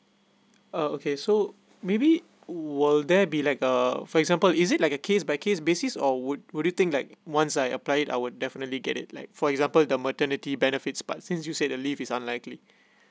uh okay so maybe will there be like uh for example is it like a case by case basis or would would you think like once I apply it I will definitely get it like for example the maternity benefits but since you said the leave is unlikely